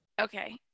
Okay